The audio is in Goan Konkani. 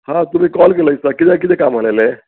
हां तुमी कॉल केलो दिसता किद्याक किदें काम आहलेलें